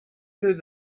through